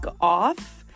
off